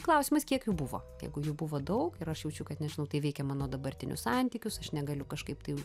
klausimas kiek jų buvo jeigu jų buvo daug ir aš jaučiu kad nežinau tai veikia mano dabartinius santykius aš negaliu kažkaip tai